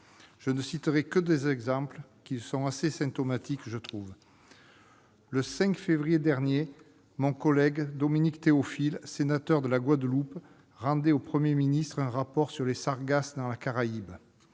Je ne citerai que deux exemples, qui me semblent assez symptomatiques. Le 5 février dernier, mon collègue Dominique Théophile, sénateur de la Guadeloupe, rendait au Premier ministre un rapport sur la prolifération des sargasses dans la Caraïbe.